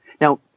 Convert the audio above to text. Now